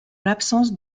l’absence